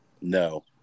No